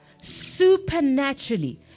Supernaturally